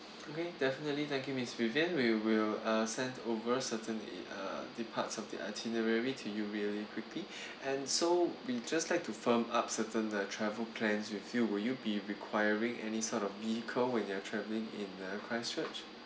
okay definitely thank you miss vivin we will uh send over certain uh parts of the itinerary to you really quickly and so we just like to firm up certain uh travel plans with you will you be requiring any sort of vehicle when you're traveling in uh christchurch